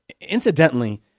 Incidentally